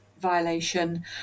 violation